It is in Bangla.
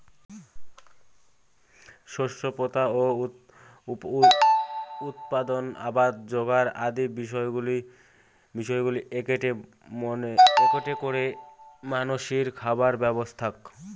শস্য পোতা ও উৎপাদন, আবাদ যোগার আদি বিষয়গুলা এ্যাকেটে করে মানষির খাবার ব্যবস্থাক